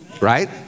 right